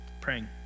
praying